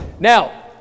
Now